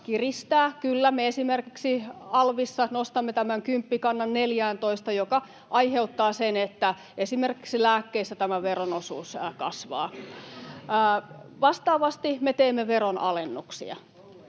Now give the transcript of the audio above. kyllä, me esimerkiksi alvissa nostamme tämän kymppikannan 14:ään, joka aiheuttaa sen, että esimerkiksi lääkkeissä tämän veron osuus kasvaa. Vastaavasti me teemme veronalennuksia.